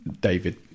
David